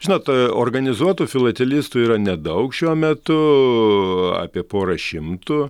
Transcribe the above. žinot organizuotų filatelistų yra nedaug šiuo metu apie porą šimtų